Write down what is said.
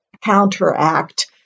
counteract